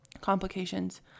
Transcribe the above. complications